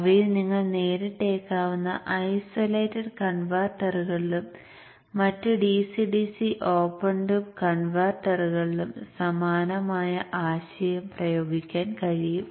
ഭാവിയിൽ നിങ്ങൾ നേരിട്ടേക്കാവുന്ന ഐസൊലേറ്റഡ് കൺവെർട്ടറുകളിലും മറ്റ് DC DC ഓപ്പൺ ലൂപ്പ് കൺവെർട്ടറുകളിലും സമാനമായ ആശയം പ്രയോഗിക്കാൻ കഴിയും